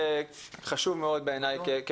בעיניי זה חשוב מאוד כפתיח.